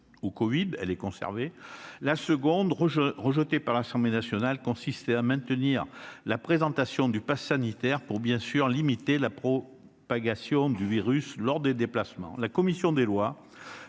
a été rejetée par l'Assemblée nationale, consistait à maintenir la présentation du passe sanitaire pour limiter la propagation du virus lors des déplacements.